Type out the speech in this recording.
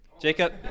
Jacob